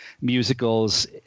musicals